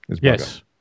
Yes